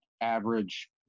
average